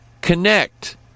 connect